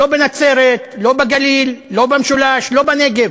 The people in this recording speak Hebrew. לא בנצרת, לא בגליל, לא במשולש ולא בנגב.